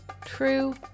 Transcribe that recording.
True